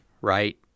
right